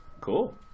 Cool